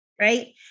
right